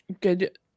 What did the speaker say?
good